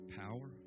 power